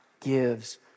gives